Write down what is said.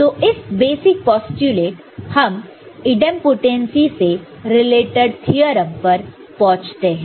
तो इस basic postulate हम इंडेमांपोटेंसी से रिलेटेड थ्योरम पर पहुंचते हैं